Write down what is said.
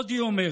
עוד היא אומרת: